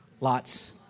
lots